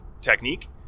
technique